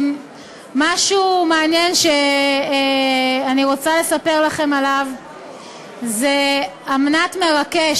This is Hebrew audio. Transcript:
משהו מעניין שאני רוצה לספר לכם עליו זה אמנת מרקש,